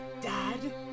Dad